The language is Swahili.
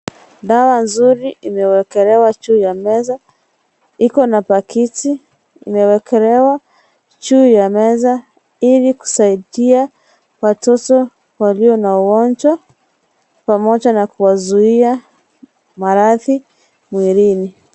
Dawa nzuri imewekelewa juu ya meza. Iko na pakiti imewekelewa juu ya meza. Ili kusaidia watoto walio na ugonjwa pamoja na kuwazuia maradhi mwilini.